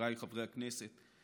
חבריי חברי הכנסת,